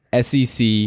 SEC